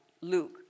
Luke